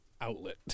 outlet